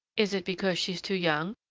is it because she's too young?